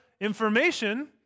information